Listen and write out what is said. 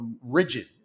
rigid